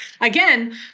again